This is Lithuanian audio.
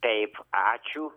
taip ačiū